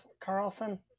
Carlson